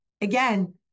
again